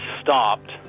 stopped